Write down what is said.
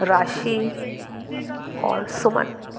राशि और सुमन